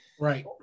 Right